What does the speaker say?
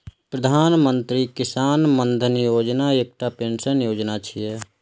प्रधानमंत्री किसान मानधन योजना एकटा पेंशन योजना छियै